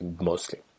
mostly